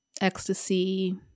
ecstasy